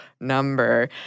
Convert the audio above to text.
number